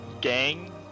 gang